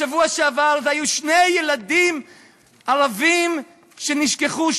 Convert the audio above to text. בשבוע שעבר אלה היו שני ילדים ערבים שנשכחו,